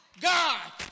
God